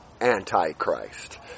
Antichrist